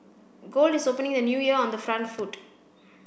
gold is opening the new year on the front foot